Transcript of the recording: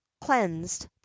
cleansed